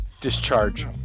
discharge